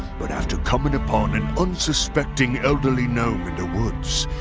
but after coming upon an unsuspecting elderly gnome in the woods,